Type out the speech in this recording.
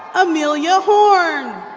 amelia horn.